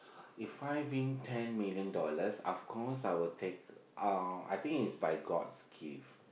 If I win ten million dollars of course I will take uh I think is by god's gift